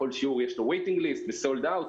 לכל שיעור יש רשימת המתנה ו-sold out.